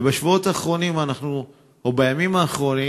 ובשבועות האחרונים או בימים האחרונים